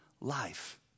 life